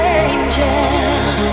angel